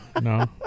no